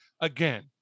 again